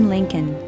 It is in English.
Lincoln